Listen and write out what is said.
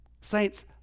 Saints